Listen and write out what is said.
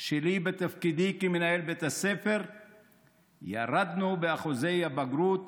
שלי בתפקידי כמנהל בית הספר ירדנו באחוזי הבגרות